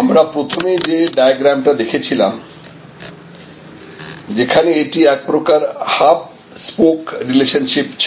আমরা প্রথমে যে ডায়াগ্রাম টা দেখেছিলাম সেখানে এটি এক প্রকার হাব স্পোক রিলেশনশিপ ছিল